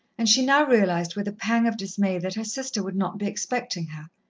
and she now realized with a pang of dismay that her sister would not be expecting her.